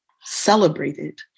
celebrated